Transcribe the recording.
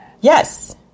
Yes